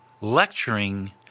lecturing